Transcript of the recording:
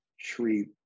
treat